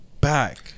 back